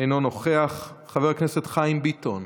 אינו נוכח, חבר הכנסת חיים ביטון,